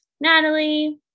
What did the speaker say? Natalie